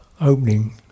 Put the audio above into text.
opening